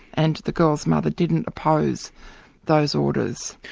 and the girl's mother didn't oppose those orders.